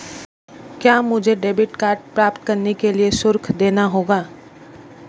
क्या मुझे debit card प्राप्त करने के लिए शुल्क देना होगा?